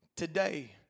Today